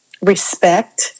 respect